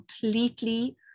completely